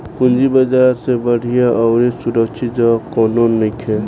पूंजी बाजार से बढ़िया अउरी सुरक्षित जगह कौनो नइखे